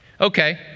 okay